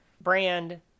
Brand